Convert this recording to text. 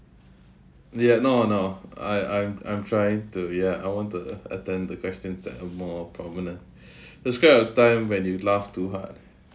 ya no no I I'm I'm trying to ya I want to a~ attend the questions that are more prominent describe a time when you laughed too hard